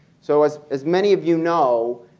so as as many of you know,